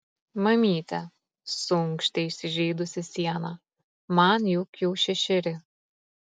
mamyte suunkštė įsižeidusi siena man juk jau šešeri